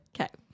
Okay